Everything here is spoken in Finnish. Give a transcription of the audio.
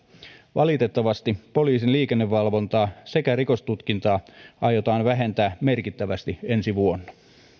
valitettavasti poliisin liikennevalvontaa sekä rikostutkintaa aiotaan vähentää merkittävästi ensi vuonna